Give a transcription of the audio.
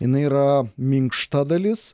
jinai yra minkšta dalis